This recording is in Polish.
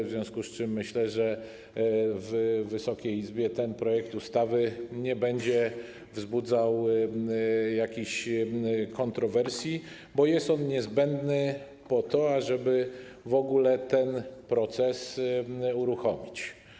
W związku z tym myślę, że w Wysokiej Izbie ten projekt ustawy nie będzie wzbudzał jakichś kontrowersji, bo jest on niezbędny, aby w ogóle ten proces uruchomić.